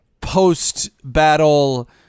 post-battle